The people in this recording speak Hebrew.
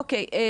אוקיי,